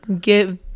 give